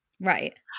right